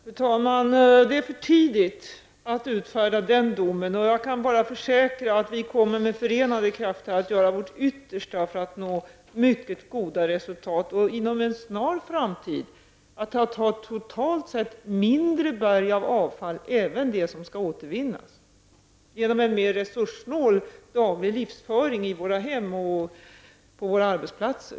Fru talman! Det är för tidigt att utfärda den domen. Jag kan bara försäkra om att vi med förenade krafter kommer att göra vårt yttersta för att nå mycket goda resultat och för att inom en snar framtid ha ett totalt sett mindre berg av avfall, alltså även när det gäller det som skall återvinnas. Detta skall ske genom en mer resurssnål daglig livsföring i våra hem och på våra arbetsplatser.